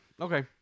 Okay